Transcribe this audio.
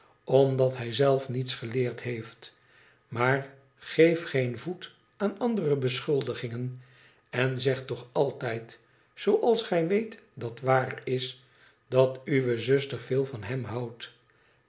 omdat hij zelfniets geleerd heeft maar geef geen voet aan andere beschuldigingen en zeg toch altijd zooals gij weet dat waar is dat uwe zuster veel van hem houdt